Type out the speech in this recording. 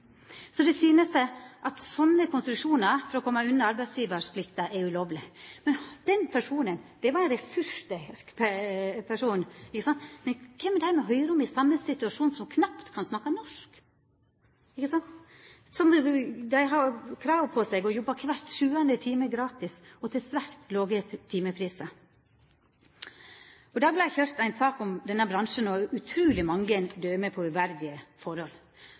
Det syner at slike konstruksjonar for å koma unna arbeidsgjevarplikter er ulovlege. Denne personen var ressurssterk, men kva med dei me høyrer om, som er i same situasjon, og som knapt kan snakka norsk? Somme har krav på seg om å jobba kvar sjuande time gratis og til svært låge timeprisar. Dagbladet har køyrt ei sak om denne bransjen, og her er det utruleg mange døme på uverdige forhold,